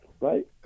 right